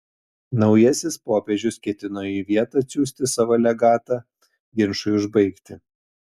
naujasis popiežius ketino į vietą atsiųsti savo legatą ginčui užbaigti